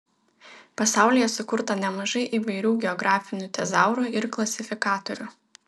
pasaulyje sukurta nemažai įvairių geografinių tezaurų ir klasifikatorių